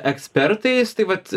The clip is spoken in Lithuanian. ekspertais tai vat